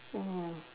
mmhmm